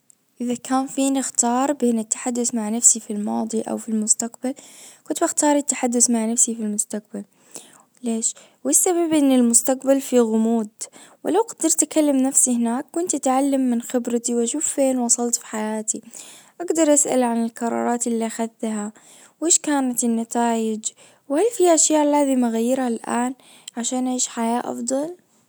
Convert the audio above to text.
اذا كان فيني اختار بين التحدث مع نفسي في الماضي او في المستقبل كنت بختار التحدث مع نفسك في المستجبل ليش? والسبب ان المستقبل فيه غموض. ولو قدرت تكلم نفسك هناك وانت تعلم من خبرتي واشوف فين وصلت في حياتي اجدر اسأل عن القرارات اللي اخذتها وايش كانت النتايج وهل في اشياء لازم اغيرها الان عشان اعيش حياة افضل.